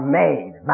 made